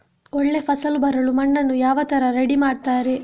ಒಳ್ಳೆ ಫಸಲು ಬರಲು ಮಣ್ಣನ್ನು ಯಾವ ತರ ರೆಡಿ ಮಾಡ್ತಾರೆ?